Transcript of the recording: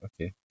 okay